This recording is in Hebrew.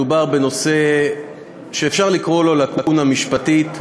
מדובר בנושא שאפשר לקרוא לו "לקונה משפטית",